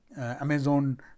amazon